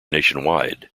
nationwide